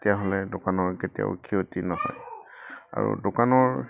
তেতিয়াহ'লে দোকানৰ কেতিয়াও ক্ষতি নহয় আৰু দোকানৰ